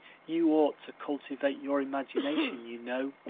you ought to cultivate your imagination, you know.